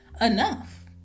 enough